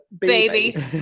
baby